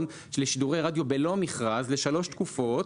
לשידורי רדיו בלא מכרז לשלוש תקופות,